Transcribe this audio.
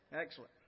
Excellent